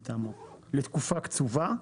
לתקופה קצובה.